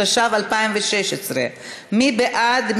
התשע"ו 2016. מי בעד?